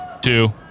two